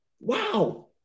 Wow